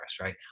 right